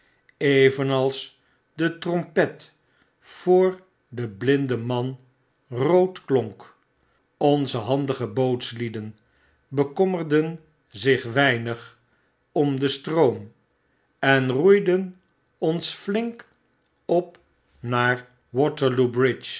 evenals detrompet voor den blinien man rood klonk onze handige bootslieden bekommerden zich weinig om den stroom en roeiden ons flink op naar